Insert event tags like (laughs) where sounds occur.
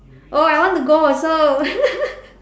oh I want to go also (laughs)